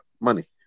money